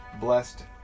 blessed